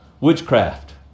witchcraft